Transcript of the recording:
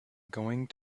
going